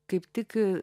kaip tik